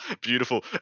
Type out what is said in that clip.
Beautiful